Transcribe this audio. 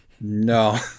No